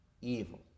evil